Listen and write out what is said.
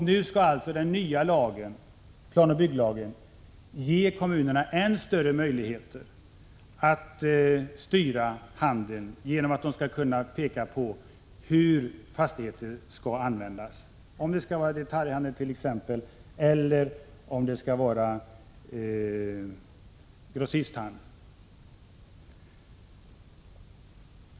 Nu skall alltså den nya planoch bygglagen ge kommunerna ännu större möjligheter att styra handeln genom att kommunerna skall kunna peka på hur fastigheter skall användas — om det skall vara detaljhandel t.ex. eller om det skall vara grossisthandel.